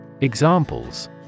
Examples